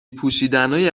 پوشیدنای